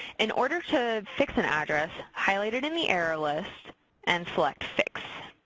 in order to fix an address, highlight it in the error list and select fix.